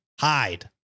hide